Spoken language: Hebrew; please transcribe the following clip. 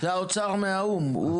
זה האוצר מהאו"ם.